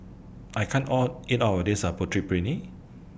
I can't All eat All of This Putu Piring